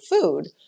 food